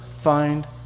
find